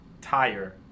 tire